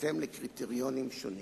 בהתאם לקריטריונים שונים.